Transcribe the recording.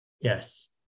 Yes